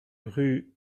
rue